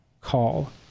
call